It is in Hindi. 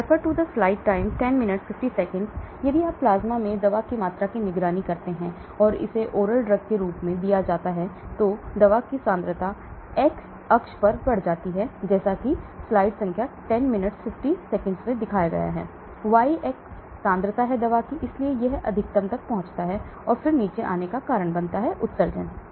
इसलिए यदि आप प्लाज्मा में दवा मात्रा की निगरानी करते हैं अगर इसे एक मौखिक दवा के रूप में दिया जाता है तो दवा की सांद्रता x अक्ष पर बढ़ जाती है y अक्ष सांद्रता है इसलिए यह अधिकतम तक पहुंचता है और फिर नीचे आने का कारण बनता है उत्सर्जन है